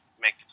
make